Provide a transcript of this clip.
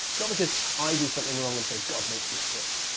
not because i do something wrong and so god makes me sick.